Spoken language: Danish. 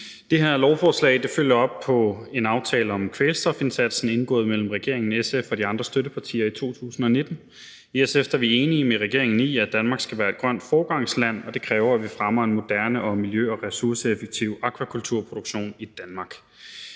Det her lovforslag følger op på en aftale om kvælstofindsatsen indgået mellem regeringen, SF og de andre støttepartier i 2019. I SF er vi enige med regeringen i, at Danmark skal være et grønt foregangsland, og det kræver, at vi fremmer en moderne og miljø- og ressourceeffektiv akvakulturproduktion i Danmark.